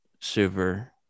super